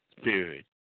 spirit